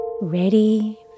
ready